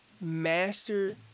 master